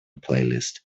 playlist